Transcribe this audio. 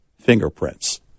Fingerprints